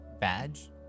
badge